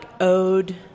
Ode